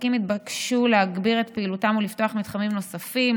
הספקים התבקשו להגביר את פעילותם ולפתוח מתחמים נוספים,